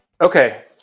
Okay